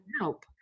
help